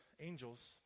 angels